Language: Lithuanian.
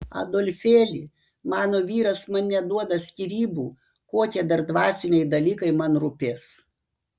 adolfėli mano vyras man neduoda skyrybų kokie dar dvasiniai dalykai man rūpės